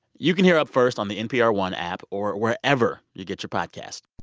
you can hear up first on the npr one app, or wherever you get your podcasts